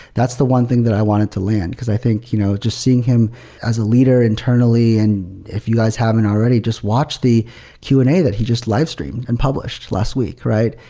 that's the one thing that i wanted to land, because i think you know just seeing him as a leader internally and if you guys haven't already, just watch the q and a that he just livestreamed and published last week, right?